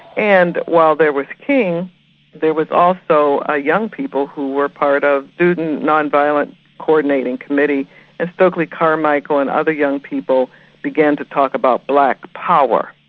and while there was king there was also ah young people who were part of student non-violence co-ordinating committees as stokeley carmichael and other young people began to talk about black power.